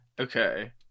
Okay